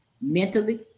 mentally